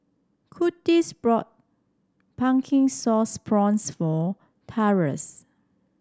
Kurtis brought Pumpkin Sauce Prawns for Taurus